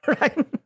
right